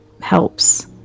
helps